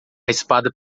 espada